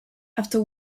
after